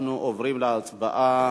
אנחנו עוברים להצבעה.